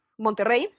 Monterrey